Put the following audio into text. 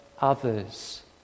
others